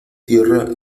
tierra